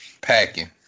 packing